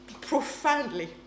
profoundly